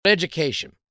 education